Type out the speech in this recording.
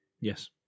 Yes